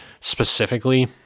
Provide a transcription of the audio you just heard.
specifically